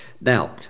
Now